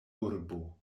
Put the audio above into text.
urbo